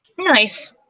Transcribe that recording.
Nice